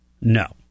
No